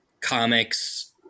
comics